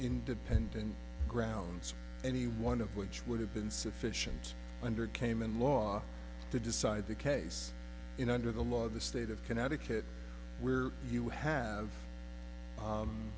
independent grounds any one of which would have been sufficient under came in law to decide the case in under the law of the state of connecticut where you have